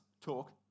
talk